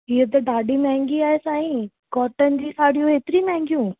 इहा त ॾाढी महांगी आहे साईं कोटन जी साड़ियूं एतिरी महांगियूं